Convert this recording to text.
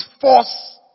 force